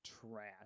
trash